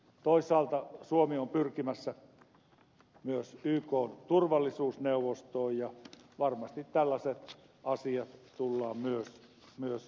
toisaalta suomi on pyrkimässä myös ykn turvallisuusneuvostoon ja varmasti tällaiset asiat tullaan myös noteeraamaan